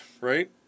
right